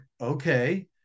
okay